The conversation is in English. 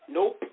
Nope